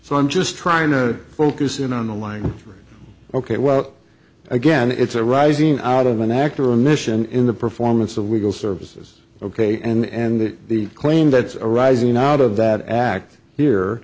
so i'm just trying to focus in on the line ok well again it's a rising out of an act or a mission in the performance of legal services ok and the claim that arising out of that act here